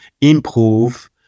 improve